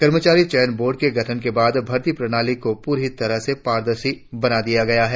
कर्मचारी चयन बोर्ड के गठन के बाद भर्ती प्रणाली को पूरी तरह से पारदर्शी बना दिया गया है